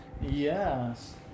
Yes